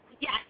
Yes